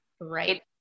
Right